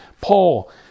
Paul